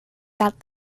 that